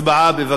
בבקשה.